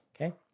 okay